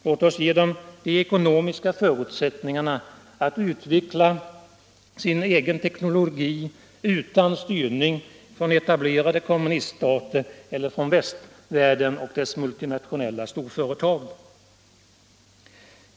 Låt oss ge dem de ekonomiska förutsättningarna att utveckla sin egen teknologi utan styrning från etablerade kommuniststater eller från västvärlden och dess multinationella storföretag!